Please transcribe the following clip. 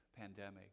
pandemic